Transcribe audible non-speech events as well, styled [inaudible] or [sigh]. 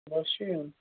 [unintelligible] چھِ یُن